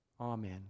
Amen